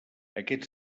aquest